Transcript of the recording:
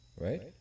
right